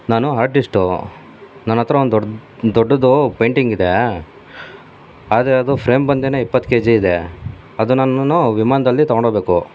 ನಾನು ಹಾರ್ಟಿಸ್ಟು ನನ್ನ ಹತ್ತಿರ ಒಂದು ದೊಡ್ದು ದೊಡ್ಡದು ಪೇಂಟಿಂಗಿದೆ ಆದರೆ ಅದು ಫ್ರೇಮ್ ಬಂದೇ ಇಪ್ಪತ್ತು ಕೆ ಜಿ ಇದೆ ಅದುನ್ನನ್ನುನೂ ವಿಮಾನದಲ್ಲಿ ತೊಗೊಂಡೋಗಬೇಕು